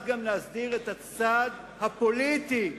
ולהסדיר גם את הצד הפוליטי,